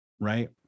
Right